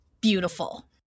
beautiful